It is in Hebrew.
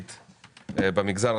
י' בשבט התשפ"ב,